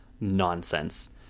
nonsense